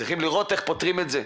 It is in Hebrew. צריך לראות איך פותרים את זה.